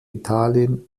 italien